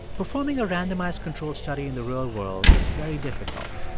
performing a randomized controlled study in the real world is very difficult,